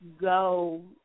go